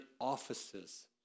offices